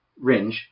Ringe